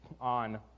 on